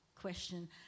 question